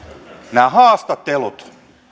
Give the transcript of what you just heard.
nämä haastattelut